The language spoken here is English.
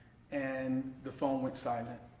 and the phone went silent.